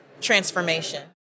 transformation